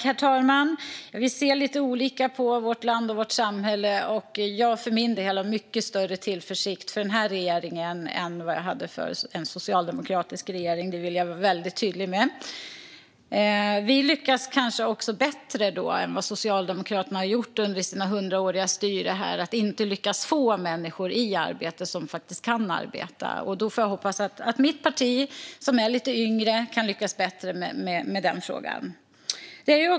Herr talman! Vi ser lite olika på vårt land och vårt samhälle. Jag har för min del mycket större tillförsikt under den här regeringen än jag hade under en socialdemokratisk regering; det vill jag vara väldigt tydlig med. Vi lyckas kanske också bättre än vad Socialdemokraterna har gjort under sitt hundraåriga styre när det gäller att få människor som faktiskt kan arbeta in i arbete. Jag hoppas att mitt parti, som är lite yngre, kan lyckas bättre i den frågan.